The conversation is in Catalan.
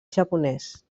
japonès